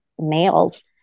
males